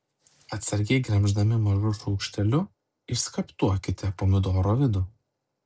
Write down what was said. atsargiai gremždami mažu šaukšteliu išskaptuokite pomidoro vidų